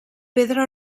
pedra